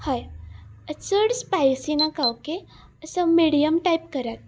हय चड स्पायसी नाका ओके असो मिडियम टायप करात